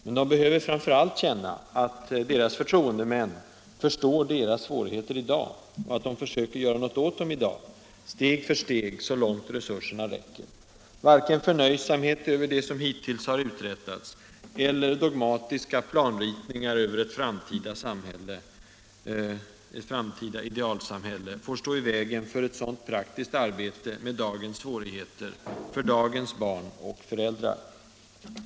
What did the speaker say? Men de behöver framför allt känna att deras förtroendemän förstår deras svårigheter i dag och att de försöker göra något åt dem i dag, steg för steg så långt resurserna räcker. Varken förnöjsamhet över det som hittills uträttats, eller dogmatiska planritningar över ett framtida idealsamhälle, får stå i vägen för ett sådant praktiskt arbete med dagens svårigheter, för dagens barn och föräldrar.